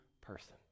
person